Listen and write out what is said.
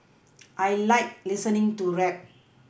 I like listening to rap